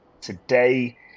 Today